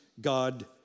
God